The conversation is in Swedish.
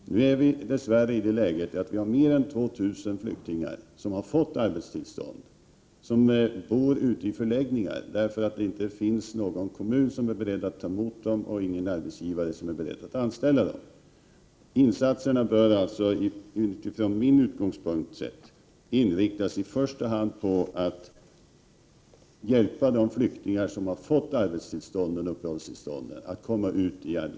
Dess värre befinner vi oss i det läget att vi har mer än 2 000 flyktingar som har fått arbetstillstånd. De bor ute i förläggningar, eftersom det inte finns någon kommun som är beredd att ta emot dem och inte någon arbetsgivare som är beredd att anställa dem. Från min utgångspunkt sett bör således insatserna i första hand inriktas på att hjälpa de flyktingar som fått arbetsoch uppehållstillstånd att komma ut i Prot.